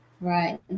Right